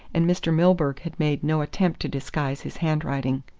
and mr. milburgh had made no attempt to disguise his handwriting.